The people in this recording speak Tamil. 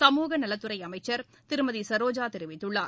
சமூகநலத்துறை அமைச்சர் திருமதி சரோஜா தெரிவித்துள்ளார்